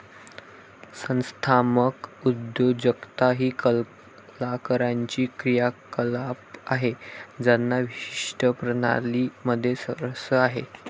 संस्थात्मक उद्योजकता ही कलाकारांची क्रियाकलाप आहे ज्यांना विशिष्ट प्रणाली मध्ये स्वारस्य आहे